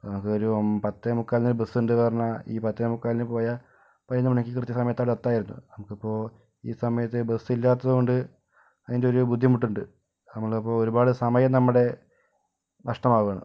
നമുക്ക് ഒരു ഒമ്പ പത്തേ മുക്കാലിന് ഒരു ബസ് ഉണ്ട് പറഞ്ഞാ ഈ പത്തേ മുക്കാലിന് പോയാ പതിനൊന്ന് മണിക്ക് കൃത്യ സമയത്ത് അവിടെ എത്താമായിരുന്നു നമുക്കിപ്പോൾ ഈ സമയത്ത് ബസ് ഇല്ലാത്തതുകൊണ്ട് അതിൻ്റെ ഒരു ബുദ്ധിമുട്ടുണ്ട് നമ്മളിപ്പോൾ ഒരുപാട് സമയം നമ്മടെ നഷ്ടമാവുകാണ്